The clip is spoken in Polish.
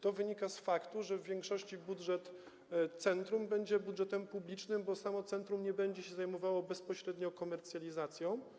To wynika z faktu, że w większości budżet centrum będzie budżetem publicznym, bo samo centrum nie będzie się zajmowało bezpośrednio komercjalizacją.